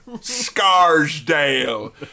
Scarsdale